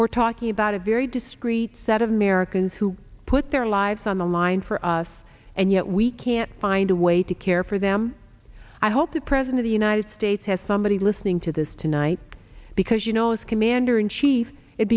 we're talking about a very discrete set of americans who put their lives on the line for us and yet we can't find a way to care for them i hope the president the united states has somebody listening to this tonight because you know as commander in chief it